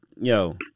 Yo